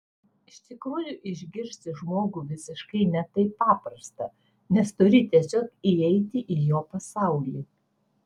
iš tikrųjų išgirsti žmogų visiškai ne taip paprasta nes turi tiesiog įeiti į jo pasaulį